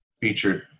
featured